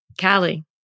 Callie